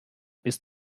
bist